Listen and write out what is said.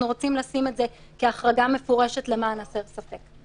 אם זה על חשבון המליאה בדברים שהם לא כל כך חשובים,